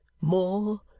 more